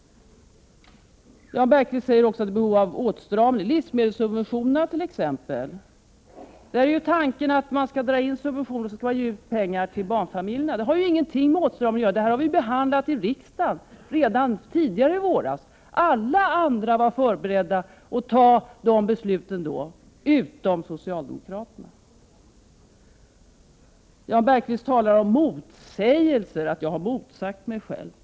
Jan Bergqvist säger också att det finns behov av åtstramning. Tanken är bl.a. att man skall dra in på livsmedelssubventionerna och ge pengar till barnfamiljerna. Men det har ingenting med åtstramning att göra. Denna fråga behandlade vi tidigare i våras i riksdagen. Alla, utom socialdemokraterna, var förberedda att fatta beslut om detta då. Jan Bergqvist talade om motsägelser och att jag har motsagt mig själv.